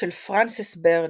של פרנסס ברני,